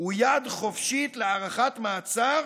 הוא יד חופשית להארכת מעצר